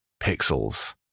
Pixels